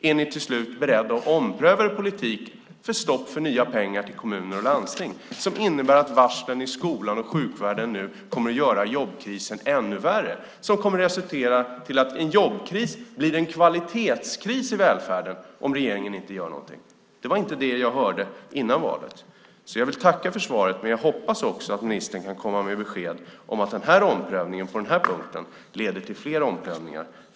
Är ni, till slut, beredda att ompröva er politik om stopp för nya pengar till kommuner och landsting som innebär att varslen i skolan och sjukvården nu kommer att göra jobbkrisen ännu värre och som kommer att resultera i att en jobbkris blir en kvalitetskris i välfärden om regeringen inte gör någonting? Det var inte det som jag hörde före valet. Jag tackar för svaret, men jag hoppas också att ministern kan komma med besked om att omprövningen på den här punkten leder till fler omprövningar.